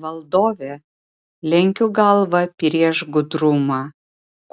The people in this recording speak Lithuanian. valdove lenkiu galvą prieš gudrumą